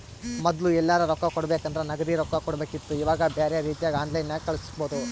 ಮೊದ್ಲು ಎಲ್ಯರಾ ರೊಕ್ಕ ಕೊಡಬೇಕಂದ್ರ ನಗದಿ ರೊಕ್ಕ ಕೊಡಬೇಕಿತ್ತು ಈವಾಗ ಬ್ಯೆರೆ ರೀತಿಗ ಆನ್ಲೈನ್ಯಾಗ ಕಳಿಸ್ಪೊದು